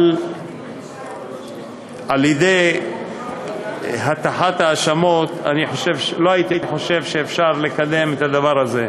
אבל על-ידי הטחת האשמות לא הייתי חושב שאפשר לקדם את הדבר הזה.